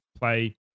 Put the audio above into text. play